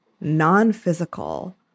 non-physical